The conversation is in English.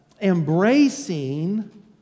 embracing